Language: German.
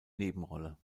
nebenrolle